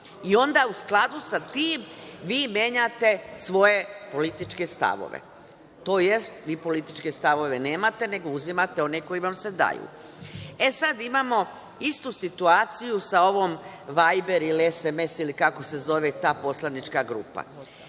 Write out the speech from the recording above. i onda u skladu sa tim vi menjate svoje političke stavove, tj. vi političke stavove nemate, nego uzimate one koji vam se daju.E, sad imamo istu situaciju sa ovom „vajber“ ili SMS ili kako se zove ta poslanička grupa.